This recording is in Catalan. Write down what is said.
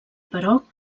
però